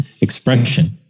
expression